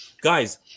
Guys